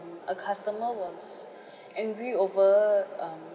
a customer was angry over um